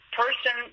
person